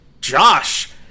Josh